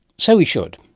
so we should.